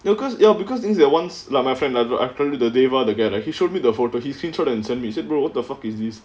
because ya because this at once like my friend I told you the dave [one] the guy right he showed me the photo he screenshot and send me he said brother what the fuck is this